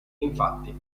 infatti